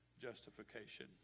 justification